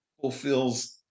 fulfills